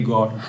God